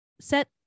set